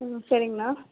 ம் சரிங்கண்ணா